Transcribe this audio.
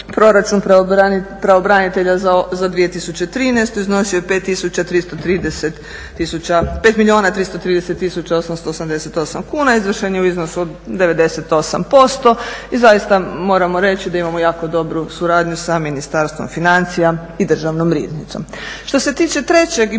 Proračun pravobranitelja za 2013. iznosio je 5 milijuna 330 tisuća 888 kuna i izvršen je u iznosu od 98%. I zaista moramo reći da imamo jako dobru suradnju sa Ministarstvom financija i Državnom riznicom. Što se tiče trećeg i